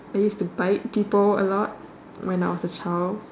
I used to bite people a lot when I was a child